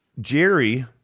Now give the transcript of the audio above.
Jerry